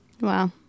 Wow